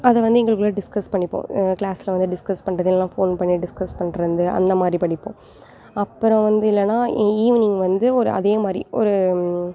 அதை வந்து எங்களுக்குள்ளே டிஸ்கஸ் பண்ணிப்போம் கிளாஸில் வந்து டிஸ்கஸ் பண்ணுறது இல்லைனா ஃபோன் பண்ணி டிஸ்கஸ் பண்ணுறது அந்த மாதிரி படிப்போம் அப்புறம் வந்து இல்லைனா ஈவினிங் வந்து ஒரு அதே மாதிரி ஒரு